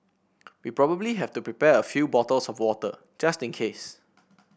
we probably have to prepare a few bottles of water just in case